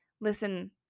Listen